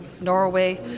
Norway